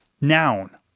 noun